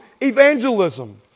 evangelism